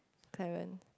Kai Ren